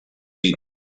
eat